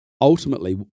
ultimately